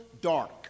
dark